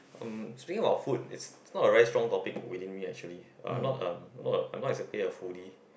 um speaking about food it's not a very strong topic within me actually uh not a I am not exactly a foodie